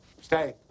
Stay